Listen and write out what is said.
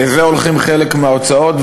לזה הולכות חלק מההוצאות,